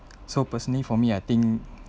so personally for me I think